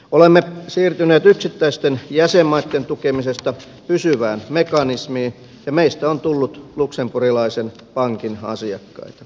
olemme siirtyneet yksittäisten jäsenmaitten tukemisesta pysyvään mekanismiin ja meistä on tullut luxemburgilaisen pankin asiakkaita